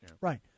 Right